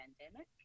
pandemic